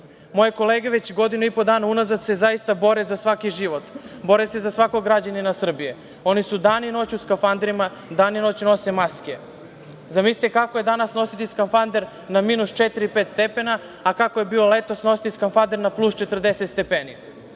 kolege već godinu i po dana unazad se zaista bore za svaki život, bore se za svakog građanina Srbije. Oni su dan i noć u skafanderima, dan i noć nose maske. Zamislite kako je danas nositi skafander na minus četiri, pet stepeni, a kako je bilo letos nositi skafander na plus 40 stepeni.